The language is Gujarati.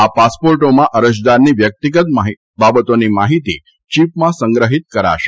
આ પોસપોર્ટોમાં અરજદારની વ્યક્તિગત બાબતોની માહિતી ચીપમાં સંગ્રહીત કરાશે